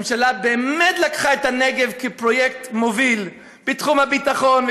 הממשלה באמת לקחה את הנגב כפרויקט מוביל בתחום הביטחון,